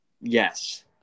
Yes